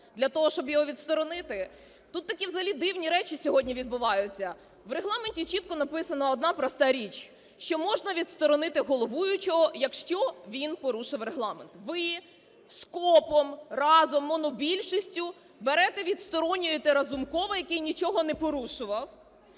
Для того, щоб його відсторонити? Тут такі взагалі дивні речі сьогодні відбуваються. В Регламенті чітко написана одна проста річ, що можна відсторонити головуючого, якщо він порушив Регламент. Ви скопом, разом монобільшістю, берете відсторонюєте Разумкова, який нічого не порушував,